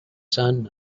son